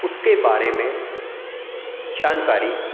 उसके बारे में जानकारी